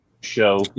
show